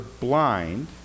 blind